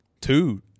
Two